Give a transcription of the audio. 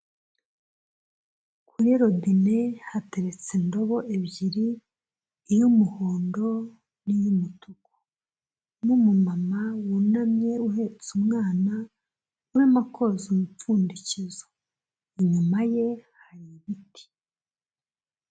Kuri robine hateretse indobo ebyiri, iy'umuhondo, n'iy'umutuku, n'umu mama wunamye uhetse umwana, urimo koza umupfundikizo, inyuma ye hari ibiti.